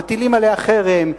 מטילים עליה חרם,